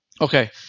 okay